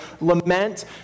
lament